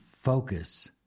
focus